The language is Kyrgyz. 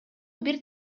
бир